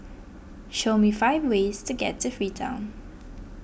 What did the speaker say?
show me five ways to get to Freetown